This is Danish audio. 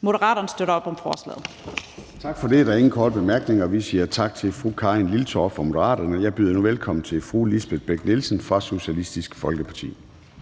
Moderaterne støtter op om forslaget. Kl. 10:57 Formanden (Søren Gade): Tak for det. Der er ingen korte bemærkninger. Vi siger tak til fru Karin Liltorp fra Moderaterne. Jeg byder nu velkommen til fru Lisbeth Bech-Nielsen fra Socialistisk Folkeparti.